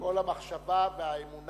כל המחשבה והאמונה